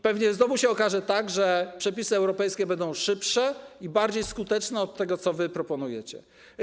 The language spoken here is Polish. Pewnie znowu okaże się, że przepisy europejskie będą szybsze i bardziej skuteczne od tego, co proponujecie.